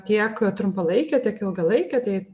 tiek trumpalaikė tiek ilgalaikė tai